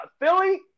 Philly